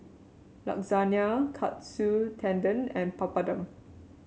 Lasagna Katsu Tendon and Papadum